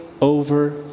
over